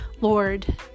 Lord